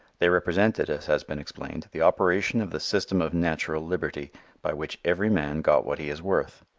they represented, as has been explained, the operation of the system of natural liberty by which every man got what he is worth.